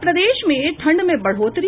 और प्रदेश में ठंड में बढ़ोतरी